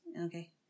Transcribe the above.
Okay